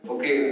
Okay